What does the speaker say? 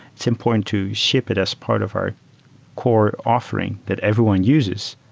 it's important to ship it as part of our core offering that everyone uses,